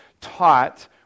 taught